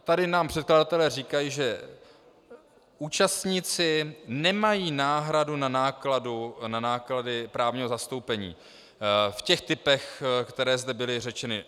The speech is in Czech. Tady nám předkladatelé říkají, že účastníci nemají nárok na náhradu nákladů právního zastoupení v těch typech, které zde byly řečeny.